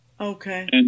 Okay